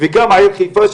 וגם את העיר חיפה,